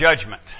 Judgment